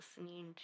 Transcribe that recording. listening